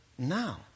now